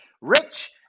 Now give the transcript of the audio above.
Rich